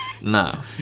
No